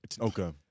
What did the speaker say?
okay